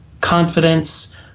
confidence